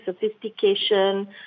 sophistication